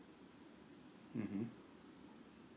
mmhmm